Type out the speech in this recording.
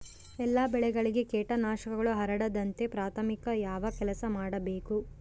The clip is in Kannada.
ಎಲ್ಲ ಬೆಳೆಗಳಿಗೆ ಕೇಟನಾಶಕಗಳು ಹರಡದಂತೆ ಪ್ರಾಥಮಿಕ ಯಾವ ಕೆಲಸ ಮಾಡಬೇಕು?